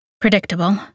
predictable